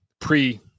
pre